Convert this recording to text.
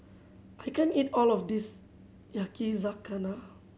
I can't eat all of this Yakizakana